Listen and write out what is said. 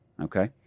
Okay